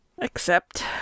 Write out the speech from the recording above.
Except